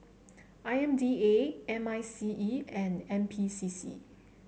I M D A M I C E and N P C C